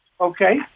okay